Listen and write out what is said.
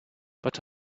but